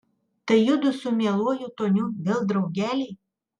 tai judu su mieluoju toniu vėl draugeliai